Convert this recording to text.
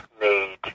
made